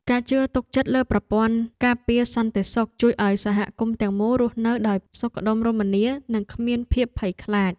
ការជឿទុកចិត្តលើប្រព័ន្ធការពារសន្តិសុខជួយឱ្យសហគមន៍ទាំងមូលរស់នៅដោយសុខដុមរមនានិងគ្មានភាពភ័យខ្លាច។